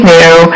new